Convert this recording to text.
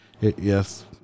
Yes